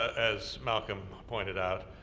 as malcolm pointed out,